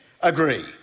agree